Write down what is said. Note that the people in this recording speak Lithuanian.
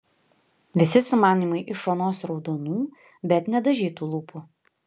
visi sumanymai iš onos raudonų bet nedažytų lūpų